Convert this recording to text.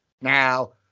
Now